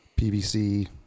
PVC